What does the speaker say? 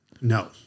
no